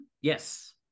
Yes